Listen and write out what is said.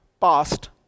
past